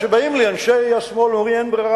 כשבאים אלי אנשי השמאל ואומרים: אין ברירה,